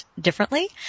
differently